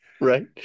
Right